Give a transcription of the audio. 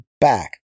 back